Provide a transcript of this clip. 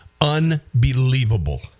Unbelievable